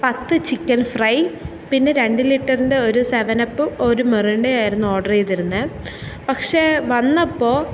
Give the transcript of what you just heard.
പത്ത് chicken fry പിന്നെ രണ്ട് ലിറ്ററിൻ്റെ ഒരു സെവന അപ്പ് ഒരു മിറ്ണ്ട ആയിരുന്നു ഓർഡർ ചെയ്തിരുന്നത് പക്ഷേ വന്നപ്പോൾ